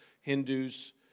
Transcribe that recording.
Hindus